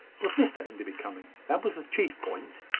was mr enderby coming that was the chief point.